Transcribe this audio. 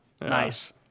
nice